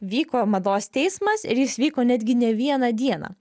vyko mados teismas ir jis vyko netgi ne vieną dieną